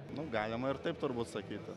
nu galima ir taip turbūt sakyti